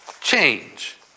change